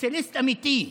סוציאליסט אמיתי,